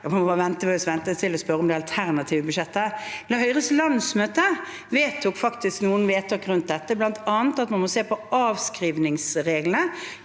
Da må man vente med å spørre om det alternative budsjettet. Høyres landsmøte gjorde faktisk noen vedtak om dette, bl.a. at man må se på avskrivningsreglene